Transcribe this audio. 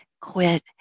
quit